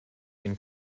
been